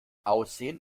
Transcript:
aussehen